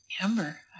Amber